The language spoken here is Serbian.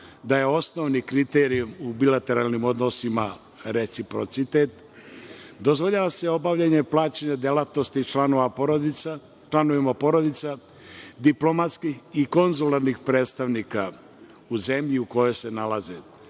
da je osnovni kriterijum u bilateralnim odnosima reciprocitet, dozvoljava obavljanje plaćene delatnosti članovima porodica diplomatskih i konzularnih predstavnika u zemlji u kojoj se nalaze.